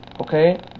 Okay